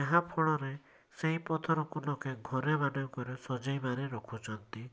ଯାହାଫଳରେ ସେହି ପଥରକୁ ଲୋକେ ଘରେ ମାନଙ୍କରେ ସଜେଇବାରେ ରଖୁଛନ୍ତି